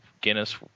guinness